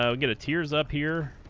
so get a tears up here